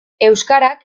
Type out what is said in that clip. euskarak